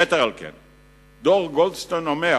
יתר על כן, דוח גולדסטון אומר